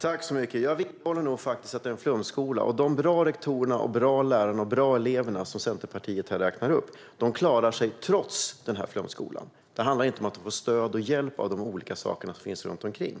Fru talman! Jag vidhåller nog faktiskt att det är en flumskola. De bra rektorer, lärare och elever som Centerpartiet här räknar upp klarar sig trots denna flumskola; det handlar inte om att de får stöd och hjälp av de olika saker som finns runt omkring.